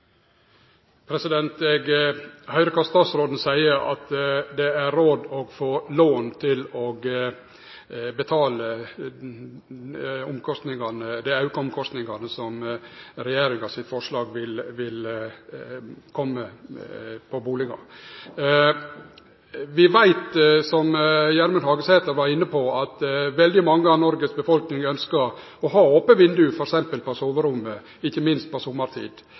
Eg høyrer at statsråden seier at det er råd å få lån for å betale dei auka kostnadene som med regjeringa sitt forslag vil kome på bustader. Vi veit – som Gjermund Hagesæter var inne på – at veldig mange av Noregs befolkning ønskjer å ha eit ope vindauge f.eks. på soverommet, ikkje minst